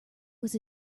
was